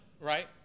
right